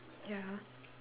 ya